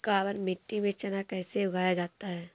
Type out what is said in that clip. काबर मिट्टी में चना कैसे उगाया जाता है?